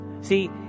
See